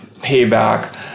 payback